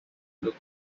look